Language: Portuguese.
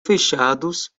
fechados